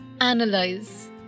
analyze